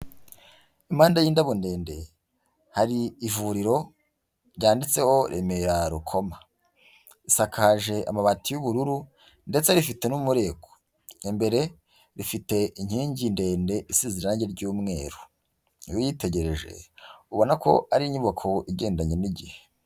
Impande y'indabo ndende. Hari ivuriro, ryanditseho Remera Rukoma. Risakaje amabati y'ubururu, ndetse rifite n'umureko. Imbere rifite inkingi ndende isize irange ry'umweru. Iyo uyitegereje, ubona ko ari inyubako igendanye n'igihe.